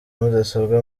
mudasobwa